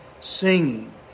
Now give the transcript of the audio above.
singing